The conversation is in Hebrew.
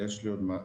יש לנו דיון,